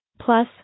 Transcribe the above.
Plus